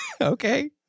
Okay